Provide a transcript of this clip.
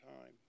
time